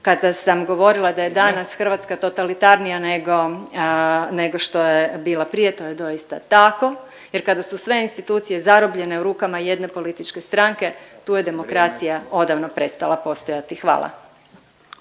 Kada sam govorila da je danas Hrvatska totalitarnija nego što je bila prije to je doista tako jer kada su sve institucije zarobljene u rukama jedne političke stranke tu je demokracija odavno prestala postojati. Hvala.